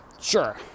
Sure